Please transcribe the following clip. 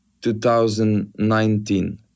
2019